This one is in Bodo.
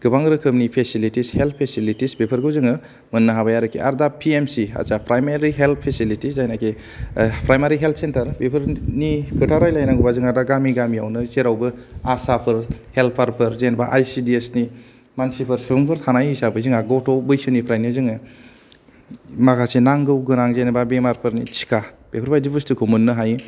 गोबां रोखोमनि फेसिलितिस हेल्थ फेसिलितिस बेफोरखौ जोङो मोननो हाबाय आरोखि आरो दा पि एम सि जा प्राइमारि हेल्थ फेसिलिति जायनोखि ओ प्राइमारि हेल्थ सेन्टार बेफोरनि खोथा रायलायनांगौबा जोंहा दा गामि गामियावनो जेरावबो आसाफोर हेल्पारफोर जेनबा आइ सि दि एसनि मानसिफोर सुबुंफोर थानाय हिसाबै जोंहा गथ' बैसोनिफ्रायनो जोङो माखासे नांगौ गोनां बेमारफोरनि टिका बेफोरबायदि बस्तुफोरखौ मोननो हायो